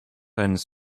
ends